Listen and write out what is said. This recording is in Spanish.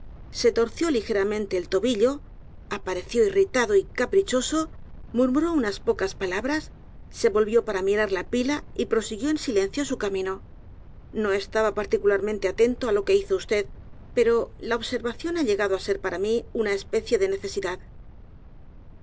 se torció ligeramente el tobillo apareció irritado ó caprichoso m u r m u r ó unas pocas palabras se volvió para mirar la pila y proseguió en silencio su camino no estaba particularmente atento á lo que hizo vd pero la observación h a llegado á ser para mí una especie de necesidad